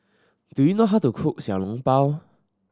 do you know how to cook Xiao Long Bao